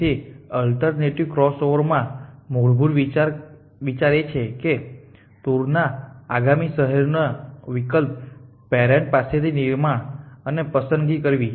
તેથી અલ્ટરનેટિવ ક્રોસઓવરમાં મૂળભૂત વિચાર એ છે કે ટૂર ના આગામી શહેર નો વિકલ્પ પેરેન્ટ પાસેથી નિર્માણ અને પસંદગી કરવી